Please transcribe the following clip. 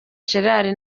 gerard